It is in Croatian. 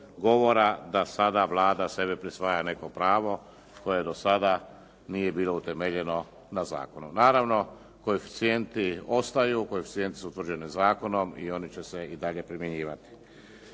govora da sada Vlada sebi prisvaja neko pravo koje do sada nije bilo utemeljeno na zakonu. Naravno koeficijenti ostaju, koeficijenti su utvrđeni zakonom i oni će se dalje primjenjivati.